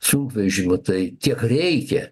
sunkvežimių tai tiek reikia